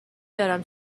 دارم